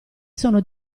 sono